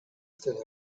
through